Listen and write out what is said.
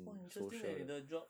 !wah! interesting leh 你的 job